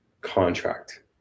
contract